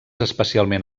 especialment